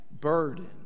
burden